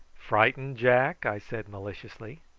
frightened, jack? i said maliciously.